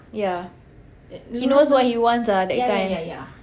ya he knows what he wants ah that kind